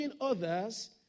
others